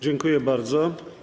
Dziękuję bardzo.